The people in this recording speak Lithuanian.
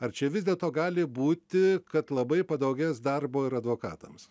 ar čia vis dėl to gali būti kad labai padaugės darbo ir advokatams